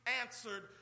answered